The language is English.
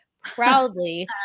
proudly